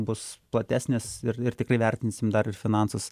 bus platesnis ir ir tikrai vertinsim dar ir finansus